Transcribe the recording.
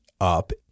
up